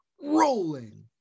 rolling